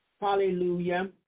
hallelujah